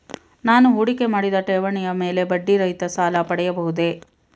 ನಾನು ಹೂಡಿಕೆ ಮಾಡಿದ ಠೇವಣಿಯ ಮೇಲೆ ಬಡ್ಡಿ ರಹಿತ ಸಾಲ ಪಡೆಯಬಹುದೇ?